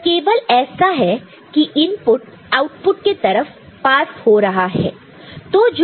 यह केवल ऐसा है कि इनपुट आउटपुट के तरफ पास हो रहा है